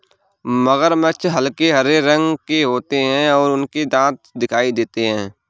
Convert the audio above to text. मगरमच्छ हल्के हरे रंग के होते हैं और उनके दांत दिखाई देते हैं